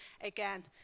again